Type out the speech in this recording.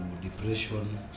depression